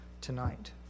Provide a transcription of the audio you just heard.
tonight